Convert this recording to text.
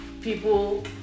people